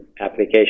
application